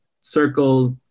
circles